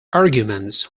arguments